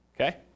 okay